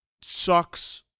sucks